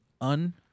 un-